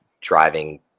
driving